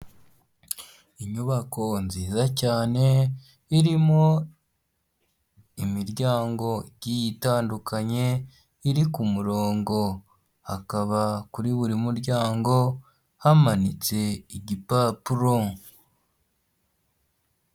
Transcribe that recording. Inyubako nziza cyane irimo imiryango igiye itandukanye iri ku murongo, hakaba kuri buri muryango hamanitse igipapuro.